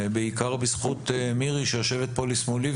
בעיקר בזכות מירי שיושבת פה לשמאלי,